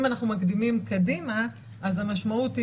אם אנחנו מקדימים קדימה אז המשמעות היא